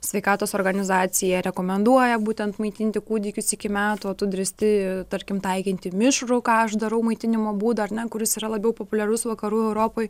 sveikatos organizacija rekomenduoja būtent maitinti kūdikius iki metų o tu drįsti tarkim taikinti mišrų ką aš darau maitinimo būdą ar ne kuris yra labiau populiarus vakarų europoj